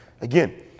Again